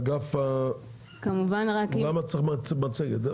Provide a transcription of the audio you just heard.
למה אתם צריכים מצגת?